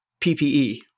PPE